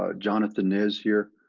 ah jonathan nez here.